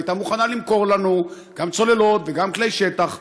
והייתה מוכנה למכור לנו גם צוללות וגם כלי שטח,